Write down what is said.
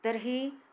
तर्हि